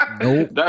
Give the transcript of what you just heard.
nope